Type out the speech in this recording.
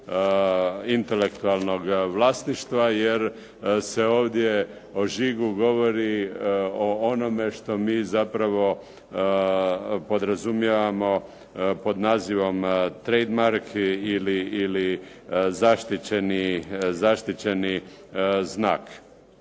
intelektualnog vlasništva, jer se ovdje o žigu govori o onome što mi zapravo podrazumijevamo pod nazivamo "trademark" ili zaštićeni znak.